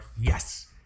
yes